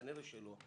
כנראה שלא.